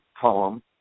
column